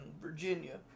Virginia